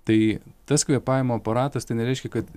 tai tas kvėpavimo aparatas tai nereiškia kad